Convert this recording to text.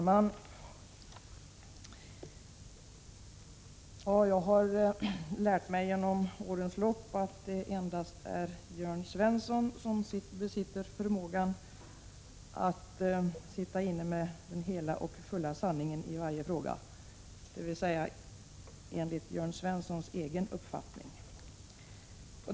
Herr talman! Jag har genom årens lopp lärt mig att det endast är Jörn Svensson som sitter inne med den hela och fulla sanningen i varje fråga, enligt Jörn Svenssons egen uppfattning.